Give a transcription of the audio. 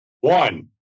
One